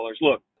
Look